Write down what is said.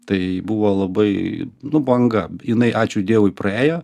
tai buvo labai nu banga jinai ačiū dievui praėjo